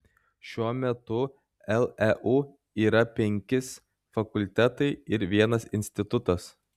šiuo metu leu yra penkis fakultetai ir vienas institutas